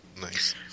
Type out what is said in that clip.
Nice